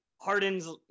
Harden's